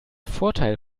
vorteil